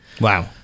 Wow